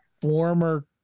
former